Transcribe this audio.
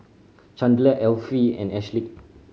Chandler Elfie and Ashleigh